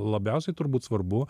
labiausiai turbūt svarbu